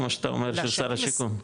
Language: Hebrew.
כמו שאתה אומר של שר השיכון.